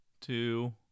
two